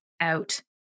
out